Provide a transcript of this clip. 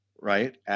right